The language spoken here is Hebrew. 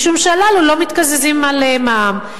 משום שהללו לא מתקזזים על מע"מ.